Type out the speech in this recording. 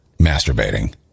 masturbating